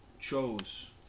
chose